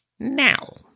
Now